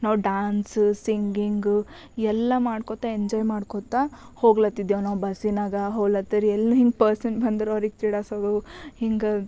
ನಾವು dance singing ಎಲ್ಲ ಮಾಡ್ಕೊತ ಎಂಜಾಯ್ ಮಾಡ್ಕೊತ ಹೊಗ್ಲತಿದ್ದೇವು ನಾವು ಬಸ್ಸಿನಾಗ ಹೋಲತ್ತರ ಎಲ್ಲು ಹಿಂಗೆ ಪರ್ಸನ್ ಬಂದ್ರ ಅವ್ರಿಗೆ ಚುಡಾಸೋದು ಹಿಂಗೆ